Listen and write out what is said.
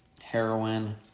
heroin